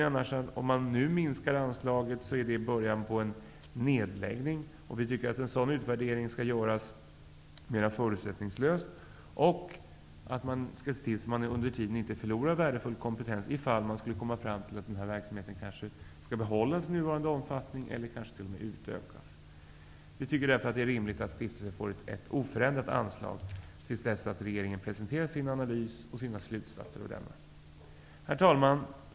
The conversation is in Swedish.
Risken är att en minskning av anslaget nu är början på en nedläggning, och vi tycker att en utvärdering skall göras mer förutsättningslöst och att man skall se till så att man under tiden inte förlorar värdefull kompetens för den händelse man kommer fram till att den här verksamheten skall behållas i sin nuvarande omfattning eller kanske t.o.m. utökas. Vi tycker därför att det är rimligt att stiftelsen får ett oförändrat anslag till dess att regeringen har presenterat sin analys och sina slutsatser av denna. Herr talman!